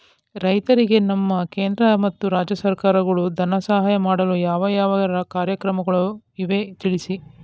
ರೈತರಿಗೆ ನಮ್ಮ ಕೇಂದ್ರ ಮತ್ತು ರಾಜ್ಯ ಸರ್ಕಾರಗಳು ಧನ ಸಹಾಯ ಮಾಡಲು ಯಾವ ಯಾವ ಕಾರ್ಯಕ್ರಮಗಳು ಇವೆ ತಿಳಿಸಿ?